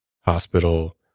hospital